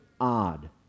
odd